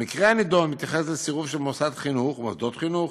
המקרה הנדון מתייחס לסירוב של מוסד חינוך ומוסדות חינוך